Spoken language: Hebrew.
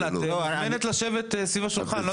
כן, את מוזמנת לשבת סביב השולחן.